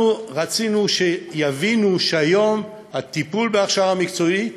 אנחנו רצינו שיבינו שהיום הטיפול בהכשרה המקצועית